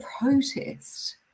protest